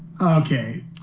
Okay